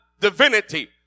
divinity